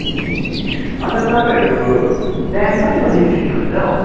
अन्त तपाईँहरू बिहान कतिबजे निस्किनुहुन्छ हौ